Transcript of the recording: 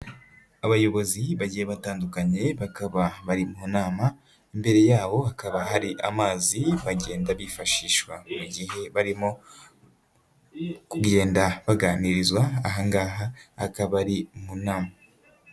Abayobozi bagiye batandukanye bakaba bari mu nama, imbere yabo hakaba hari amazi bagenda bifashishwa mu gihe barimo kugenda baganirizwa, ahangaha akaba ari mu nama.